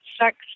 sex